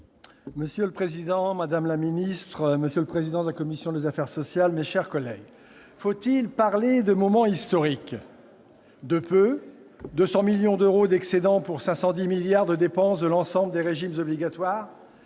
Monsieur le président, madame la ministre, monsieur le président de la commission des affaires sociales, mes chers collègues, faut-il parler de moment historique ? De peu, avec 200 millions d'euros d'excédent pour 510 milliards de dépenses de l'ensemble des régimes obligatoires,